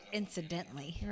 incidentally